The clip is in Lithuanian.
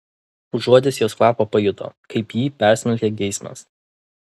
užuodęs jos kvapą pajuto kaip jį persmelkia geismas